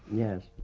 yes.